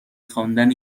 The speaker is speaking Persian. خواندن